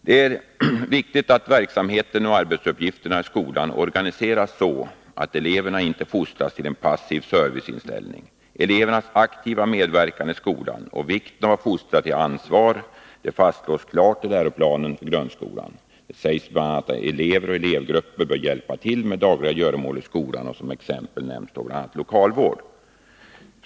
Det är viktigt att verksamheten och arbetsuppgifterna i skolan organiseras så, att eleverna inte fostras till en passiv serviceinställning. Elevernas aktiva medverkan i skolan och vikten av att fostra till ansvar fastslås klart i läroplanen för grundskolan. Det sägs bl.a.: ”Elever och elevgrupper bör hjälpa till med de dagliga göromålen i skolan.” Som exempel nämns bl.a. lokalvården.